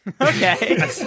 Okay